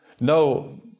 No